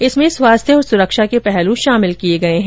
इसमें स्वास्थ्य और सुरक्षा के पहलू शामिल किए गए हैं